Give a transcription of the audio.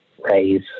raise